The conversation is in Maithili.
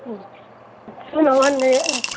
खूब होइत छै सुनऽ ओहन नहि हए